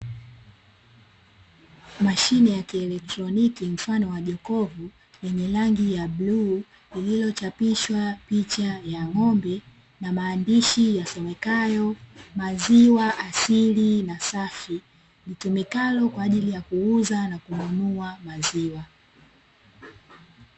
Mashine ya kielektroniki mfano wa jokofu lenye rangi ya bluu, lililochapishwa picha ya ng'ombe na maandishi yasomekayo "maziwa asili na safi" litumikalo kwa ajili aya kuuza na kununua maziwa.